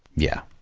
yeah.